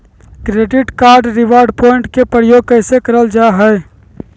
Credit card reward point के प्रयोग कैसे करल जा है?